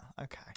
okay